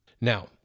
now